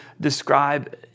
describe